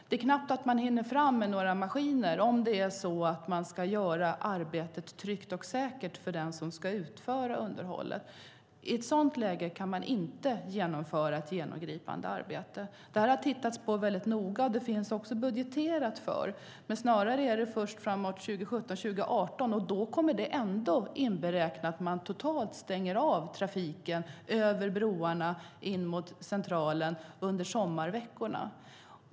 Det är knappt att man hinner fram med maskinerna om arbetet ska göras tryggt och säkert för den som ska utföra underhållet. I ett sådant läge kan man inte genomföra ett genomgripande arbete. Det här har man tittat noga på, och det finns också budgeterat för. Men snarare blir det först framåt 2017-2018, och det kommer ändå att medföra att man stänger av trafiken totalt över broarna mot Centralen under sommarveckorna.